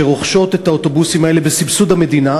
שרוכשות את האוטובוסים האלה בסבסוד המדינה,